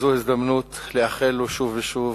זו הזדמנות לאחל לו שוב ושוב